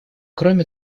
кроме